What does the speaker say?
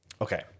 Okay